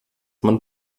man